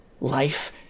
Life